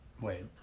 Wait